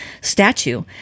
statue